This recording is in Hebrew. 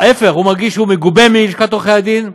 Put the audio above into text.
להפך, הוא מרגיש שהוא מגובה בלשכת עורכי הדין.